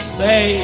say